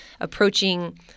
approaching